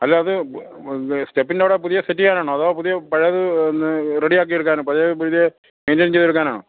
അല്ല അത് സ്റ്റെപ്പിൻ്റെ അവിടെ പുതിയ സെറ്റ് ചെയ്യാനാണോ അതോ പുതിയ പഴയത് ഒന്ന് റെഡിയാക്കി എടുക്കാനോ പഴയ പുതിയത് മെയിൻറ്റെയിൻ ചെയ്ത് എടുക്കാനണോ